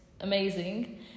amazing